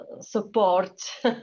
support